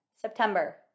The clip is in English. September